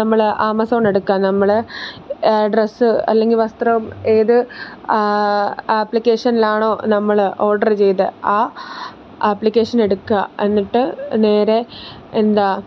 നമ്മൾ ആമസോൺ എടുക്കുക നമ്മൾ ഡ്രസ്സ് അല്ലെങ്കിൽ വസ്ത്രം ഏത് അപ്ലിക്കേഷനിൽ ആണോ നമ്മൾ ഓർഡർ ചെയ്തത് ആ അപ്ലിക്കേഷൻ എടുക്കുക എന്നിട്ട് നേരെ എന്താ